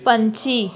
ਪੰਛੀ